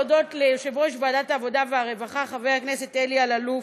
להודות ליושב-ראש ועדת העבודה והרווחה חבר הכנסת אלי אלאלוף,